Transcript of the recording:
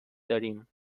داریم